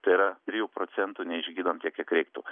tai yra trijų procentų neišgydom tiek kiek reiktų